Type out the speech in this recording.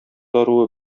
даруы